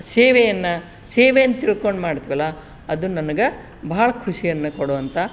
ಸೇವೆಯನ್ನು ಸೇವೆ ಅಂತ ತಿಳ್ಕೊಂಡು ಮಾಡ್ತೀವಲ್ಲ ಅದು ನನ್ಗೆ ಬಹಳ್ ಖುಷಿಯನ್ನು ಕೊಡುವಂಥ